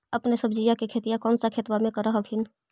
अपने सब्जिया के खेतिया कौन सा खेतबा मे कर हखिन?